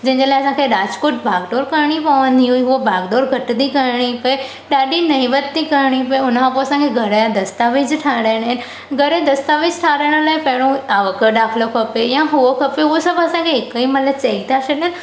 जंहिंजे लाइ असांखे राजकोट भागदौड़ करिणी पवंदी हुई हू भागदौड़ घटि थी करिणी पये ॾाढी नइमत थी कणी पये हुनखां पोइ असांखे घर जा दस्तावेज़ ठाहिराइणा आहिनि घर जे दस्तावेज़ ठाहिराइणा में पहिरों आवास ॾाखिलो खपे या हो खपे हू सभु असांखे हिक ई महिल चई था छॾनि